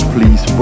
Please